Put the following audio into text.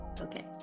Okay